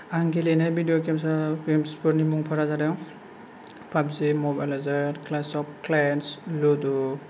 आं गेलेनाय भिदिअ गेम्सा गेम्सफोरनि मुंफोरा जादों PUBG mobile clash of clans ludo